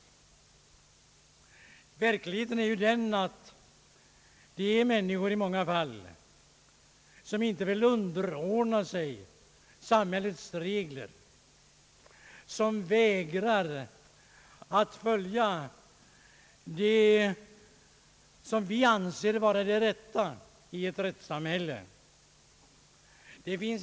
Verkligheten är att det i många fall gäller människor som inte vill underordna sig samhällets regler och som vägrar att följa de handlingsmönster som vi anser vara de riktiga i ett rättssamhälle.